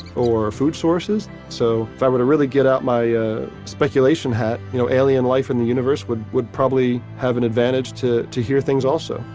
or food sources. so if i were to really get out my speculation hat, y'know alien life in the universe would would probably have an advantage to to hear things also.